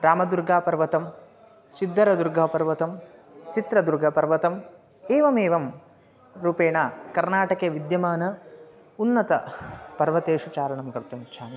रामदुर्गापर्वतं सिद्धरदुर्गापर्वतं चित्रदुर्गापर्वतम् एवमेवं रूपेण कर्नाटके विद्यमान उन्नतपर्वतेषु चारणं कर्तुमिच्छामि